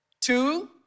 Two